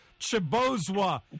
Chibozwa